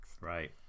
Right